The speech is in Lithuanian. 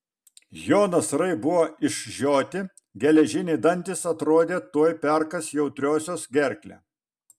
jo nasrai buvo išžioti geležiniai dantys atrodė tuoj perkąs jautriosios gerklę